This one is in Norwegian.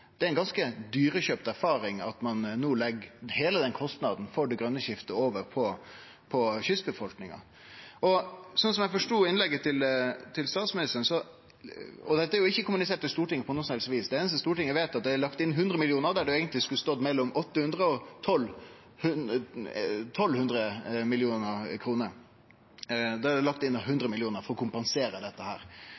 Det er ei ganske dyrekjøpt erfaring at ein no legg heile den kostnaden for det grøne skiftet over på kystbefolkninga. Dette er ikkje kommunisert til Stortinget på noe som helst vis. Det einaste Stortinget veit, er at det har blitt lagt inn 100 mill. kr for å kompensere dette, der det skulle stått mellom 800 mill. kr og 1 200 mill. kr. Eg forstår det